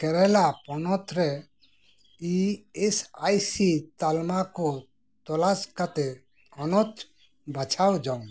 ᱠᱮᱨᱟᱞᱟ ᱯᱚᱱᱚᱛ ᱨᱮ E S I C ᱛᱟᱞᱢᱟ ᱠᱚ ᱛᱚᱞᱟᱥ ᱠᱟᱛᱮᱫ ᱦᱚᱱᱚᱛ ᱵᱟᱪᱷᱟᱣ ᱡᱚᱝ ᱢᱮ